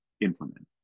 implement